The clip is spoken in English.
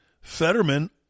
Fetterman